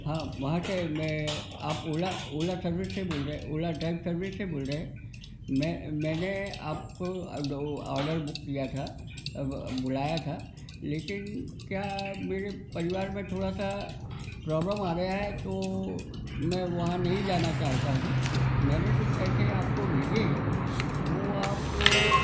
हाँ महाशय मैं आप ओला ओला सर्विस से बोल रहें ओला डायरेक्ट सर्विस से बोल रहे है मैं मैंने आपको ऑर्डर बुक किया था अ बुलाया था लेकिन क्या मेरे परिवार में थोड़ा सा प्रोब्लम आ गया है तो मैं वहाँ नहीं जाना चाहता हूँ मैंने जो पैसे आपको भेजे हैं वो आप अ